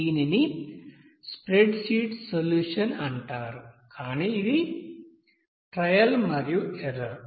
దీనిని spreadsheet solution అంటారు కానీ ఇది ట్రయల్ మరియు ఎర్రర్